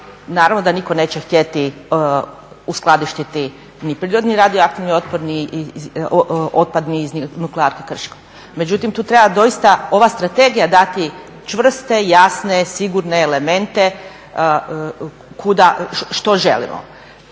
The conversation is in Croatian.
naravno da nitko neće htjeti uskladištiti ni prirodni radioaktivni otpad ni otpad iz nuklearke Krško. Međutim, tu treba doista ova strategija dati čvrste, jasne, sigurne elemente što želimo.